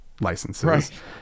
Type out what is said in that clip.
licenses